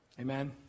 amen